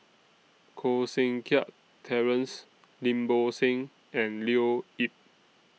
Koh Seng Kiat Terence Lim Bo Seng and Leo Yip